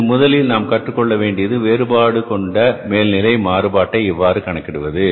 இதில் முதலில் நாம் கற்றுக்கொள்ள வேண்டியது வேறுபாடு கொண்ட மேல்நிலை மாறுபாட்டை எவ்வாறு கணக்கிடுவது